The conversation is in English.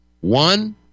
One